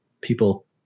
people